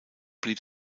blieb